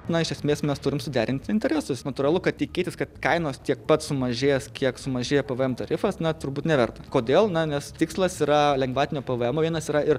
na iš esmės mes turim suderint interesus natūralu kad tikėtis kad kainos tiek pats sumažės kiek sumažėja pvm tarifas na turbūt neverta kodėl na nes tikslas yra lengvatinio pvmo vienas yra ir